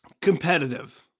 Competitive